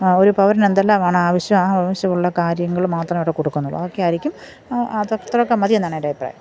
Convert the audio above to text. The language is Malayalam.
ഒരു പൗരൻ എന്തെല്ലാമാണ് ആവശ്യം ആ ആവശ്യമുള്ള കാര്യങ്ങൾ മാത്രമേ അവിടെ കൊടുക്കുന്നുള്ളൂ അതൊക്കെ ആയിരിക്കും അത് അത്രെയൊക്കെ മതി എന്നാണെൻ്റെ അഭിപ്രായം